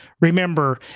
Remember